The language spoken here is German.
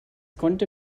konnte